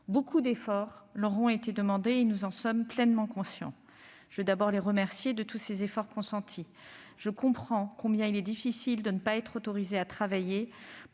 Beaucoup d'efforts leur ont été demandés et nous en sommes pleinement conscients. Je veux d'abord les remercier de tous ces efforts consentis. Je comprends combien il est difficile de ne pas être autorisé à travailler